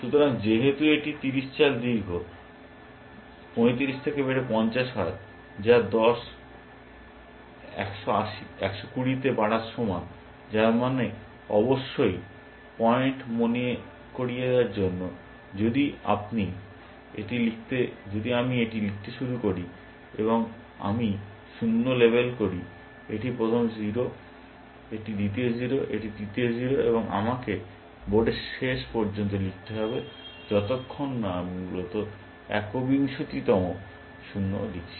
সুতরাং যেহেতু এটি 50 চাল দীর্ঘ 35 থেকে বেড়ে 50 হয় যা 10 120 তে বাড়ার সমান যার মানে অবশ্যই শুধুমাত্র পয়েন্ট মনে করিয়ে দেওয়ার জন্য যদি আমি এটি লিখতে শুরু করি এবং আমি শূন্য লেবেল করি এটি প্রথম 0 এটি দ্বিতীয় 0 এটি তৃতীয় 0 এবং আমাকে বোর্ডের শেষ পর্যন্ত লিখতে হবে যতক্ষণ না আমি মূলত একবিংশতিতম 0 লিখছি